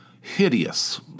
hideous